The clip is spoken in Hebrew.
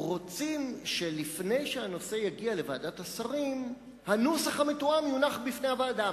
רוצים שלפני שהנושא יגיע לוועדת השרים הנוסח המתואם יונח בפני הוועדה.